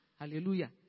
Hallelujah